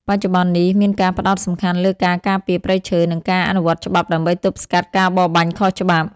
បច្ចុប្បន្ននេះ មានការផ្តោតសំខាន់លើការការពារព្រៃឈើ និងការអនុវត្តច្បាប់ដើម្បីទប់ស្កាត់ការបរបាញ់ខុសច្បាប់។